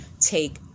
take